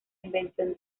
invención